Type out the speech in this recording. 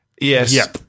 Yes